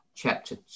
chapter